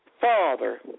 Father